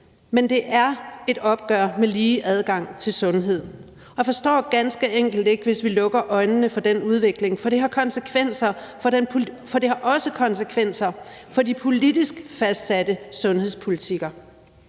men det er et opgør med lige adgang til sundhed. Jeg forstår ganske enkelt ikke, hvis vi lukker øjnene for den udvikling, for det har også konsekvenser for de politisk fastsatte sundhedspolitikker.